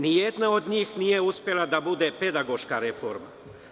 Ni jedna od njih nije uspela da bude pedagoška reforma.